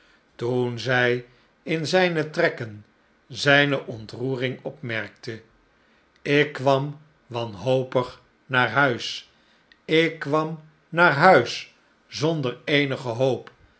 toen zij in zijne trekken zijne ontroering opmerkte ik kwam wanhopig naar huis ik kwam naar huis zonder eenige hoop